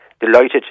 delighted